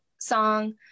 song